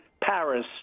Paris